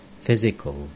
physical